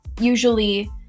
usually